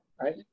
right